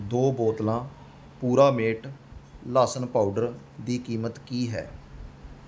ਦੋ ਬੋਤਲਾਂ ਪੁਰਾਮੇਟ ਲਸਣ ਪਾਊਡਰ ਦੀ ਕੀਮਤ ਕੀ ਹੈ